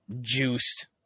juiced